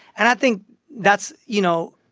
and i think that's, you know,